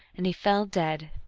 and he fell dead.